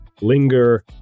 linger